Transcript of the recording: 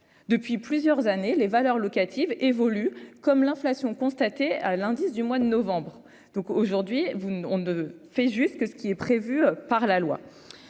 depuis plusieurs années, les valeurs locatives évoluent comme l'inflation constatée à l'indice du mois de novembre donc aujourd'hui vous ont de fait juste que ce qui est prévu par la loi,